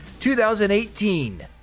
2018